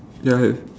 ya have